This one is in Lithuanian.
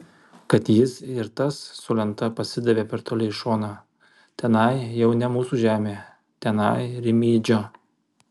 kad jis ir tas su lenta pasidavė per toli į šoną tenai jau ne mūsų žemė tenai rimydžio